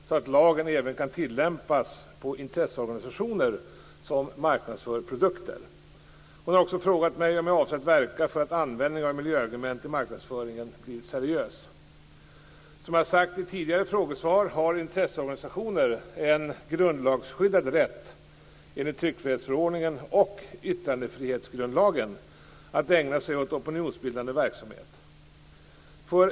Jag blev på ett sätt positivt överraskad av ministerns svar.